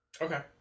Okay